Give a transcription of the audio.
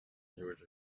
georgia